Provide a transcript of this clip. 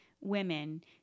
women